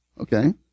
Okay